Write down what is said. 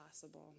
possible